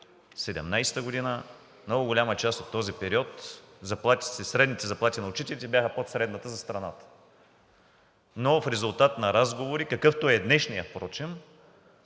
погледнете, в много голяма част от този период средните заплати на учителите бяха под средната за страната. Но в резултат на разговори, какъвто е днешният,